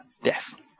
death